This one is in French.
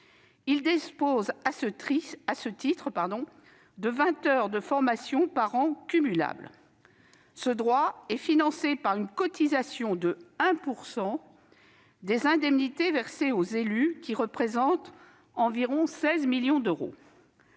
Ils disposent, à ce titre, de vingt heures de formation par an cumulables. Ce droit est financé par une cotisation d'un montant égal à 1 % des indemnités versées aux élus, ce qui représente environ 16 millions d'euros.